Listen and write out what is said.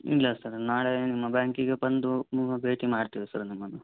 ಇಲ್ಲ ಸರ್ ನಾಳೆ ನಿಮ್ಮ ಬ್ಯಾಂಕಿಗೆ ಬಂದು ಭೇಟಿ ಮಾಡ್ತೇವೆ ಸರ್ ನಿಮ್ಮನ್ನು